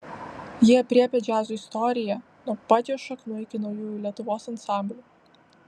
ji aprėpia džiazo istoriją nuo pat jo šaknų iki naujųjų lietuvos ansamblių